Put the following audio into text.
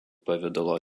pavidalo